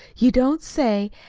you don't say!